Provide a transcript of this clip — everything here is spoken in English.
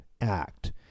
Act